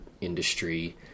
industry